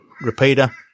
repeater